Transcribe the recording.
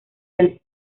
del